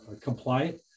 compliant